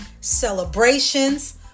celebrations